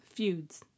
feuds